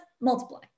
Multiply